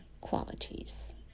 qualities